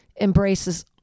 embraces